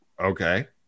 okay